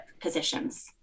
positions